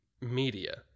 media